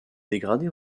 dégradé